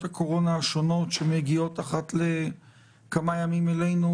הקורונה השונות שמגיעות אחת לכמה ימים אלינו,